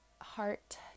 heart